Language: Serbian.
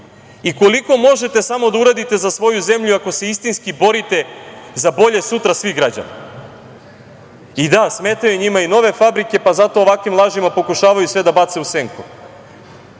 i koliko možete da uradite samo za svoju zemlju ako se istinski borite za bolje sutra svih građana. Smetaju njima i nove fabrike pa zato ovakvim lažima pokušavaju sve da bace u senku.